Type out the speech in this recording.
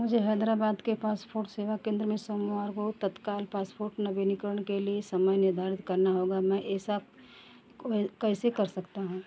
मुझे हैदराबाद के पासपोर्ट सेवा केंद्र में सोमवार को तत्काल पासपोर्ट नवीनीकरण के लिए समय निर्धारित करना होगा मैं ऐसा कैसे कर सकता हूँ